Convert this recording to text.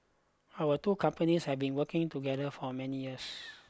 our two companies have been working together for many years